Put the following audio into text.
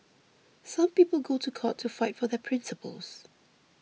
some people go to court to fight for their principles